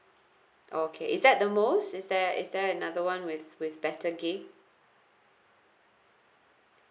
okay is that the most is there is there another one with with better gb